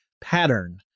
pattern